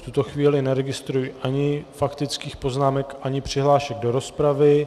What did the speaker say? V tuto chvíli neregistruji ani faktických poznámek, ani přihlášek do rozpravy.